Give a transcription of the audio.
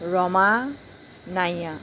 Rama Naiya